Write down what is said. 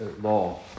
law